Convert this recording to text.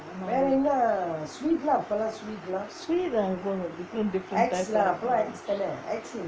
sweet I don't know different different type of